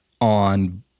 on